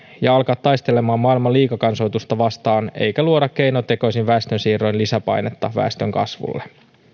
ja alkaa taistelemaan maailman liikakansoitusta vastaan eikä luoda keinotekoisin väestönsiirroin lisäpainetta väestönkasvulle